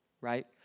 right